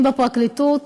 בפרקליטות